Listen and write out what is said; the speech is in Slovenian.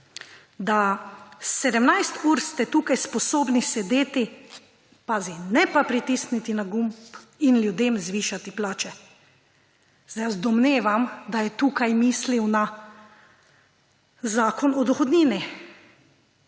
da 17 ur ste tukaj sposobni sedeti, pazi, ne pa pritisniti na gumb in ljudem zvišati plače. Jaz domnevam, da je tukaj mislil na Zakon o dohodnini,